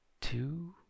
two